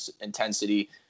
intensity